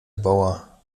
bauer